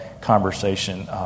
conversation